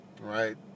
right